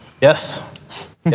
Yes